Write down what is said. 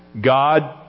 God